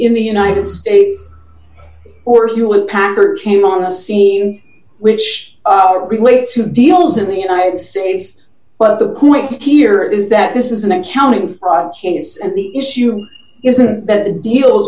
in the united states or hewlett packard came on the scene which relate to deals in the united states but the point here is that this is an accounting fraud case and the issue isn't that deals